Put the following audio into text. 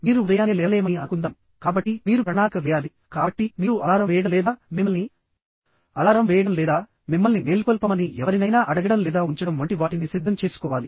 మీరు ఉదయాన్నే లేవలేమని అనుకుందాం కాబట్టి మీరు ప్రణాళిక వేయాలికాబట్టి మీరు అలారం వేయడం లేదా మిమ్మల్ని అలారం వేయడం లేదా మిమ్మల్ని మేల్కొల్పమని ఎవరినైనా అడగడం లేదా ఉంచడం వంటి వాటిని సిద్ధం చేసుకోవాలి